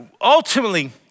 ultimately